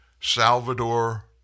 Salvador